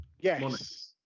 Yes